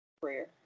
prayer